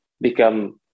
become